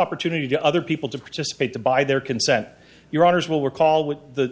opportunity to other people to participate to buy their consent your honour's will recall what the